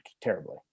terribly